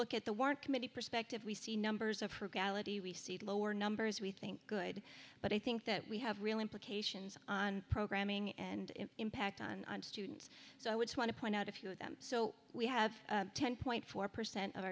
look at the war committee perspective we see numbers of her galatea we see lower numbers we think good but i think that we have real implications on programming and impact on students so i would want to point out a few of them so we have ten point four percent of